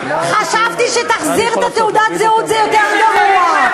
חשבתי ש"תחזיר את תעודת הזהות" זה יותר גרוע.